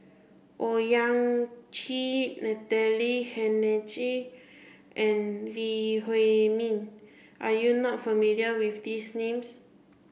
Owyang Chi Natalie Hennedige and Lee Huei Min are you not familiar with these names